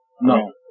No